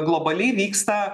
globaliai vyksta